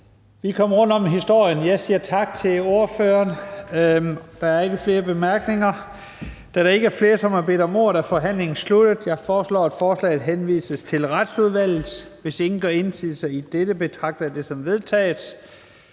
Vi kom rundt om historien, og jeg siger tak til ordføreren. Der er ikke flere korte bemærkninger. Da der ikke er flere, som har bedt om ordet, er forhandlingen sluttet. Jeg foreslår, at forslaget til folketingsbeslutning henvises til Retsudvalget. Hvis ingen gør indsigelse over for dette, betragter jeg det som vedtaget.